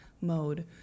mode